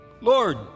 Lord